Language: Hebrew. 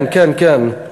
כן, כן.